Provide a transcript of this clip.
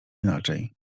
inaczej